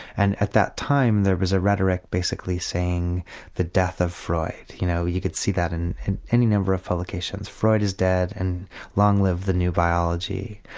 and at that time there was a rhetoric basically saying the death of freud, you know you could see that in in any number of publications, freud is dead and long live the new biology.